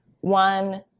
one